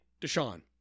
Deshaun